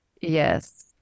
Yes